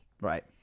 Right